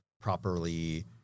properly